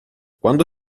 quando